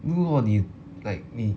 如果你 like 你